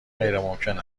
غیرممکن